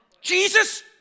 Jesus